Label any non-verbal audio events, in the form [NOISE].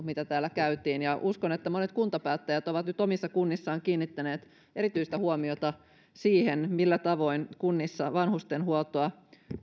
[UNINTELLIGIBLE] mitä täällä käytiin ja uskon että monet kuntapäättäjät ovat nyt omissa kunnissaan kiinnittäneet erityistä huomiota siihen millä tavoin kunnissa vanhustenhuoltoa